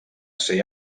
ser